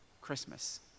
Christmas